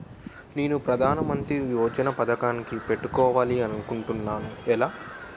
నేను ప్రధానమంత్రి యోజన పథకానికి పెట్టుకోవాలి అనుకుంటున్నా ఎలా?